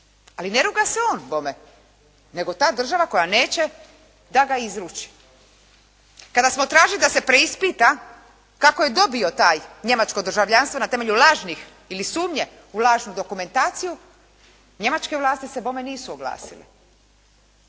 Ali ne ruga se on bome, nego ta država koja neće da ga izruči. Kada smo tražili da ga se preispita kako je dobio taj njemačko državljanstvo na temelju lažnih ili sumnje u lažnu dokumentaciju, njemačke vlasti se bome nisu oglasile.